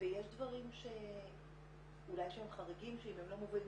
ויש דברים שהם אולי חריגים שאם הם לא מובאים